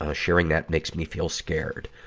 ah sharing that makes me feel scared.